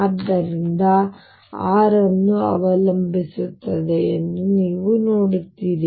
ಆದ್ದರಿಂದ r ಅನ್ನು l ಅವಲಂಬಿಸಿರುತ್ತದೆ ಎಂದು ನೀವು ನೋಡುತ್ತೀರಿ